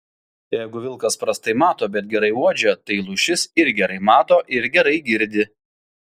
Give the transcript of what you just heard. jeigu vilkas prastai mato bet gerai uodžia tai lūšis ir gerai mato ir gerai girdi